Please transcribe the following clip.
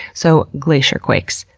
so glacier quakes.